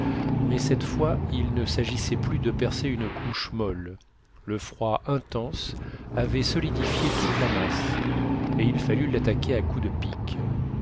mais cette fois il ne s'agissait plus de percer une couche molle le froid intense avait solidifié toute la masse et il fallut l'attaquer à coups de pic